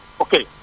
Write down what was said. Okay